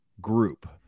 group